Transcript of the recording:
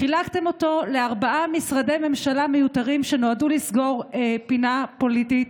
חילקתם אותו לארבעה משרדי ממשלה מיותרים שנועדו לסגור פינה פוליטית,